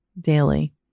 daily